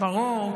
ברור.